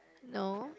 no